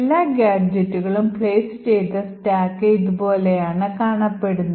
എല്ലാ ഗാഡ്ജെറ്റുകളും place ചെയ്ത സ്റ്റാക്ക് ഇതുപോലെയാണ് കാണപ്പെടുന്നത്